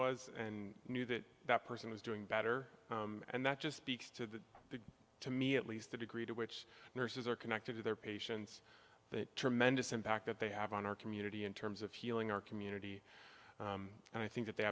was and knew that that person was doing better and that just be to big to me at least the degree to which nurses are connected to their patients but tremendous impact that they have on our community in terms of healing our community and i think that they